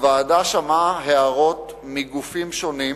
הוועדה שמעה הערות מגופים שונים